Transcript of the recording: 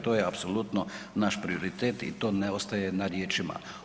To je apsolutno naš prioritet i to ne ostaje na riječima.